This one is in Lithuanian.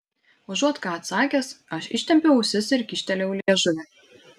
užuot ką atsakęs aš ištempiau ausis ir kyštelėjau liežuvį